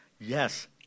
yes